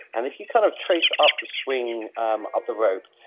and if you kind of trace up the swing um up the rope,